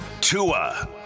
Tua